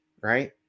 Right